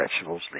vegetables